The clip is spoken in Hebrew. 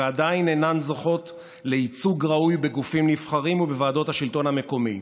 ועדיין אינן זוכות לייצוג ראוי בגופים נבחרים ובוועדות השלטון המקומי.